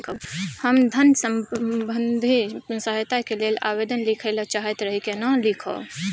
हम धन संबंधी सहायता के लैल आवेदन लिखय ल चाहैत रही केना लिखब?